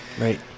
right